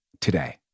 today